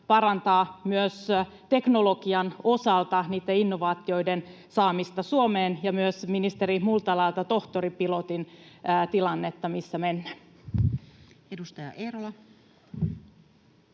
parantaa myös teknologian osalta niitten innovaatioiden saamista Suomeen, ja myös ministeri Multalalta tohtoripilotin tilanteesta, missä mennään. [Speech